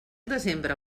desembre